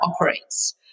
operates